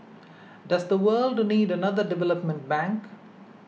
does the world need another development bank